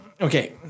Okay